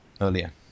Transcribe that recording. earlier